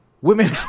Women